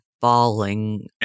falling